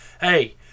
hey